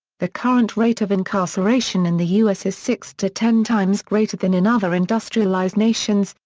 the current rate of incarceration in the us is six to ten times greater than in other industrialized nations,